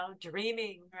dreaming